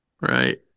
Right